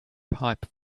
pipe